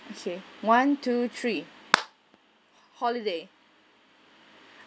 okay one two three holiday